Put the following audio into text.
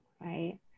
right